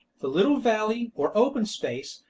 the little valley, or open space,